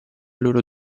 loro